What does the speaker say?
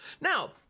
Now